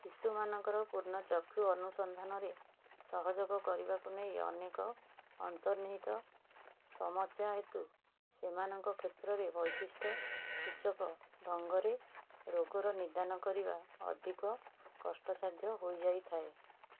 ଶିଶୁମାନଙ୍କର ପୂର୍ଣ୍ଣ ଚକ୍ଷୁ ଅନୁସନ୍ଧାନରେ ସହଯୋଗ କରିବାକୁ ନେଇ ଅନେକ ଅନ୍ତର୍ନିହିତ ସମସ୍ୟା ହେତୁ ସେମାନଙ୍କ କ୍ଷେତ୍ରରେ ବୈଶିଷ୍ଟ୍ୟ ସୂଚକ ଢଙ୍ଗରେ ରୋଗର ନିଦାନ କରିବା ଅଧିକ କଷ୍ଟସାଧ୍ୟ ହୋଇଯାଇଥାଏ